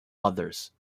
others